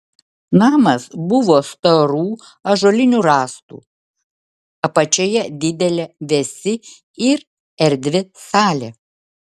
namas buvo storų ąžuolinių rąstų apačioje didelė vėsi ir erdvi salė